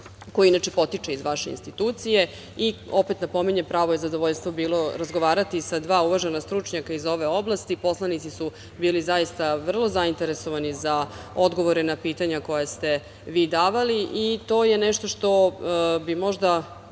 koji inače potiče iz vaše institucije i opet napominjem, pravo je zadovoljstvo bilo razgovarati sa dva uvažena stručnjaka iz ove oblasti. Poslanici su bili zaista vrlo zainteresovani za odgovore na pitanja koja ste vi davali i to je nešto što bi možda